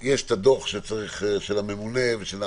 הדוח של הממונה.